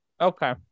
Okay